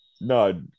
No